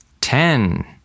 ten